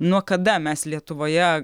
nuo kada mes lietuvoje